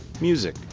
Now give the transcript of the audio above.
music